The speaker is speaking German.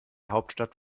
hauptstadt